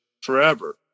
forever